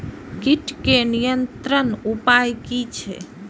कीटके नियंत्रण उपाय कि छै?